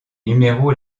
numéros